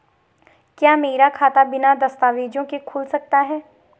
क्या मेरा खाता बिना दस्तावेज़ों के खुल सकता है?